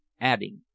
adding